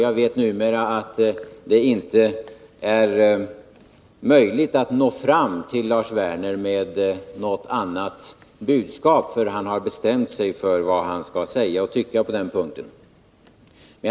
Jag vet numera att det inte är möjligt att nå fram till Lars Werner med något annat budskap därför att han har bestämt sig för vad han skall tänka och tycka på den punkten.